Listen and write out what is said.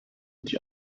die